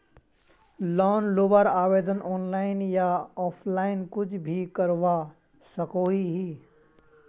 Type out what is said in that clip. Loan लुबार आवेदन online या ऑफलाइन कुछ भी करवा सकोहो ही?